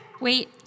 Wait